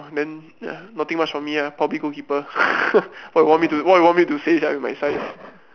then ya nothing much for me ah probably goal keeper what you want me to what you want me to say sia with my size